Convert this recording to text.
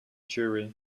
jury